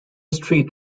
street